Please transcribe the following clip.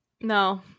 No